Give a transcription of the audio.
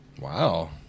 Wow